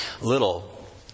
little